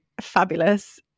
fabulous